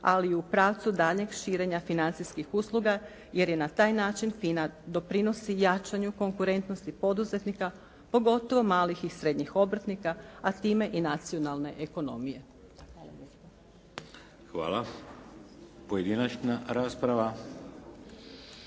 ali i u pravcu daljnjeg širenja financijskih usluga, jer i na taj način FINA doprinosi jačanju konkurentnosti poduzetnika pogotovo malih i srednjih obrtnika, a time i nacionalne ekonomije. **Šeks, Vladimir